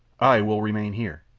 i will remain here.